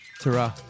Ta-ra